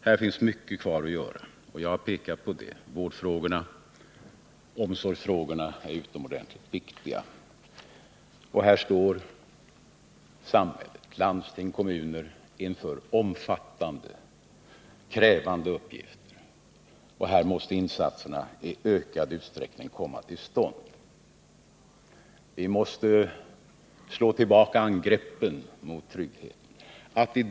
Här finns mycket kvar att göra, och jag har pekat på det. Vårdfrågorna och omsorgsfrågorna är utomordentligt viktiga. Här står samhället — bl.a. landsting och kommuner — inför omfattande och krävande uppgifter, och här måste insatser i ökad utsträckning komma till stånd. Vi måste slå tillbaka angreppen mot tryggheten.